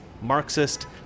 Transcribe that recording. Marxist